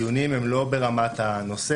הדיונים הם לא ברמת הנושא,